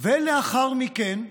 ולאחר מכן,